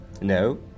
No